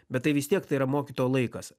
bet tai vis tiek tai yra mokytojo laikas